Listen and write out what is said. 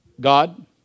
God